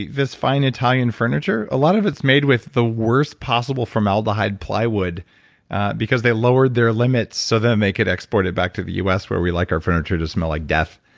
this fine italian furniture, a lot of it's made with the worst possible formaldehyde plywood because they lowered their limits so then they could export it back to the u s. where we like our furniture to smell like death,